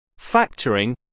factoring